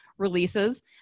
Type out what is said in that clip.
releases